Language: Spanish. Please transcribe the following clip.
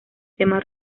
tema